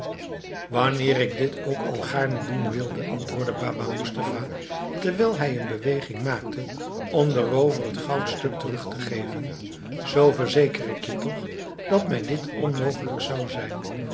wanneer ik dit ook al gaarne doen wilde antwoordde baba moestapha terwijl hij een beweging maakte om den roover het goudstuk terug te geven zoo verzeker ik je toch dat mij dit onmogelijk zou zijn